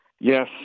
Yes